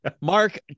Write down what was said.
Mark